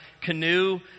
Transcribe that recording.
canoe